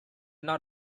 not